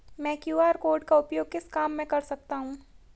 मैं QR code का उपयोग किस काम में कर सकता हूं?